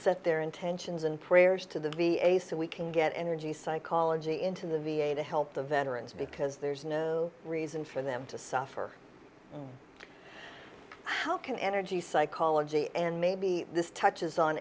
set their intentions and prayers to the v a so we can get energy psychology into the v a to help the veterans because there's no reason for them to suffer how can energy psychology and maybe this touches on